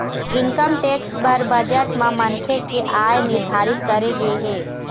income tax बर budget म मनखे के आय निरधारित करे गे हे